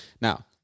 Now